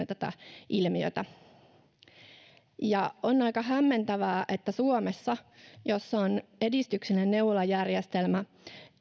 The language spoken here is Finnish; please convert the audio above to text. tätä ilmiötä on aika hämmentävää että suomessa jossa on edistyksellinen neuvolajärjestelmä